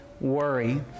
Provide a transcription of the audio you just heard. worry